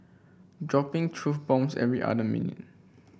dropping truth bombs every other minute